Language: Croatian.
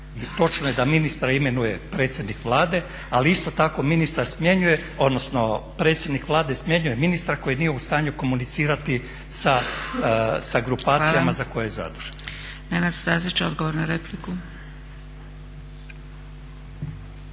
točno je da ministar imenuje predsjednik Vlade, ali isto tako ministra smjenjuje odnosno predsjednik Vlade smjenjuje ministra koji nije u stanju komunicirati sa grupacijama za koje je zadužen.